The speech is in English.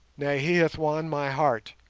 nay, he hath won my heart,